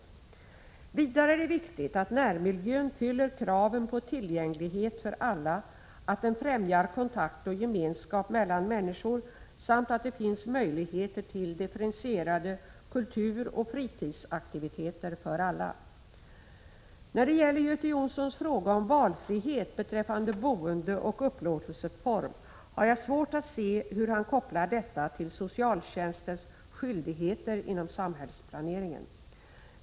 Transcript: Vidare är det viktigt att närmiljön fyller kraven på tillgänglighet för alla, att den främjar kontakt och gemenskap mellan människor samt att det finns möjligheter till differentierade kulturoch fritidsaktiviteter för alla. När det gäller Göte Jonssons fråga om valfrihet beträffande boendeoch upplåtelseform har jag svårt att se hur han kopplar detta till socialtjänstens skyldigheter inom samhällsplaneringen.